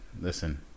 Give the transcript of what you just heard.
listen